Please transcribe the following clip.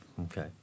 Okay